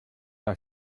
der